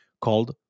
called